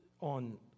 on